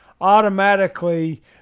automatically